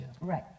Right